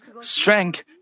strength